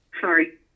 Sorry